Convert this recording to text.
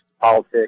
politics